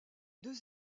deux